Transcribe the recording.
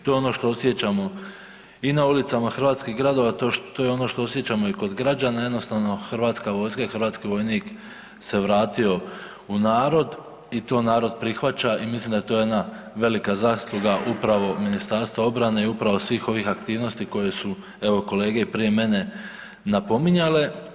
To je ono što osjećamo i na ulicama hrvatskih gradova to je ono što osjećamo i kod građana jednostavno Hrvatska vojska i hrvatski vojnik se vratio u narod i to narod prihvaća i mislim da je to jedna velika zasluga upravo Ministarstva obrane i upravo svih ovih aktivnosti koje su evo kolege prije mene napominjale.